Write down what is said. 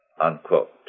Unquote